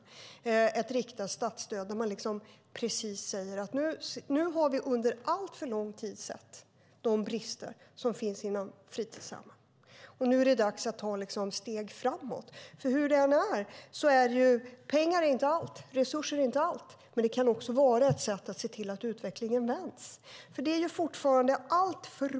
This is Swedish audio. Då kanske ett riktat statsstöd vore bra, ett statsstöd där man säger att vi under alltför lång tid sett de brister som finns inom fritidshemmen och att det nu är dags att ta steg framåt. Pengar, resurser, är inte allt, men det kan vara ett sätt att få utvecklingen att vända.